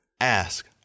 ask